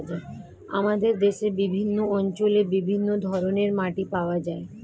আমাদের দেশের বিভিন্ন অঞ্চলে বিভিন্ন ধরনের মাটি পাওয়া যায়